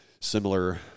Similar